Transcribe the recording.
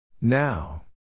now